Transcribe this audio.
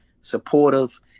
supportive